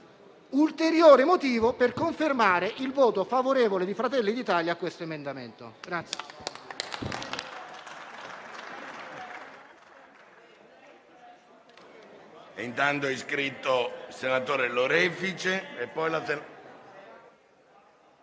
ulteriore motivo per confermare il voto favorevole di Fratelli d'Italia a questo emendamento.